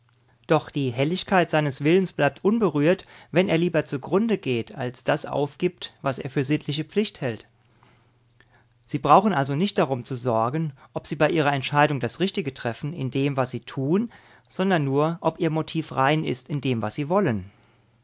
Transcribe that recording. doch die heiligkeit seines willens bleibt unberührt wenn er lieber zugrunde geht als das aufgibt was er für sittliche pflicht hält sie brauchen also nicht darum zu sorgen ob sie bei ihrer entscheidung das richtige treffen in dem was sie tun sondern nur ob ihr motiv rein ist in dem was sie wollen